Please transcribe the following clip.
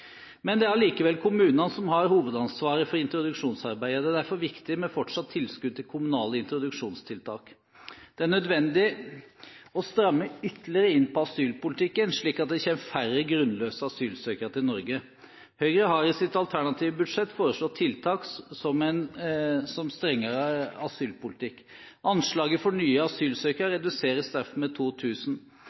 Det er allikevel kommunene som har hovedansvaret for introduksjonsarbeidet. Det er derfor viktig med fortsatt tilskudd til kommunale introduksjonstiltak. Det er nødvendig å stramme ytterligere inn på asylpolitikken, slik at det kommer færre grunnløse asylsøkere til Norge. Høyre har i sitt alternative budsjett foreslått tiltak som strengere asylpolitikk. Anslaget for nye asylsøkere reduseres derfor med